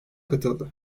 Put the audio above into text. katıldı